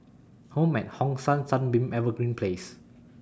Home At Hong San Sunbeam Evergreen Place